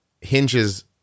hinges